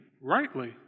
rightly